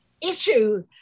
issue